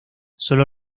solo